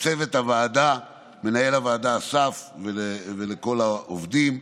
לצוות הוועדה, מנהל הוועדה אסף ולכל העובדים,